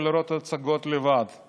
חוסר ביטחון תזונתי, הזנחה סביבתית